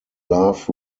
love